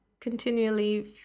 continually